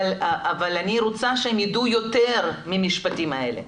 אבל אני רוצה שהם ידעו יותר מהמשפטים האלה,